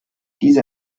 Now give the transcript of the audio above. diese